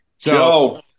Joe